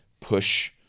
push